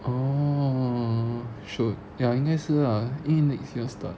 oh should ya 应该是啊因为 next year start